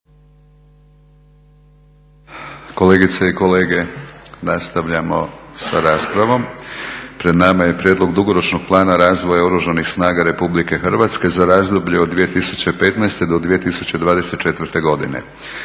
Kolegice i kolege nastavljamo sa raspravom. Pred nama je - Prijedlog dugoročnog plana razvoja Oružanih snaga Republike Hrvatske za razdoblje od 2015. do 2024. godine;